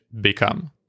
become